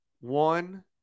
one